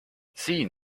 siin